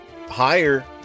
higher